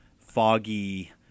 foggy